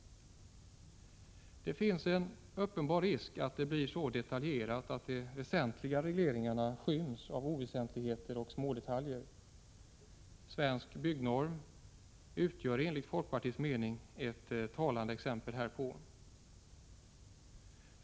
Det finns en uppenbar risk att det blir så detaljerat att de väsentliga regleringarna skyms av oväsentligheter och smådetaljer. Svensk byggnorm utgör enligt folkpartiets mening ett talande exempel härpå.